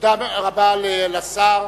תודה רבה לשר,